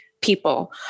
people